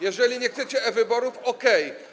Jeżeli nie chcecie e-wyborów, to okej.